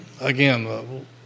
again